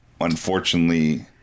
unfortunately